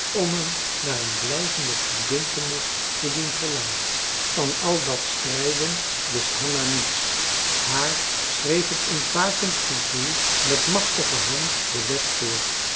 om hem naar een blijvende verbintenis te doen verlangen van al dat strijden wist hanna niets haar schreef het ontwakend gevoel met machtige hand de wet voor